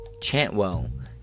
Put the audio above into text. Chantwell